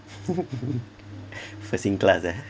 first in class ah